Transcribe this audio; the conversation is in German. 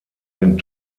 den